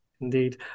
Indeed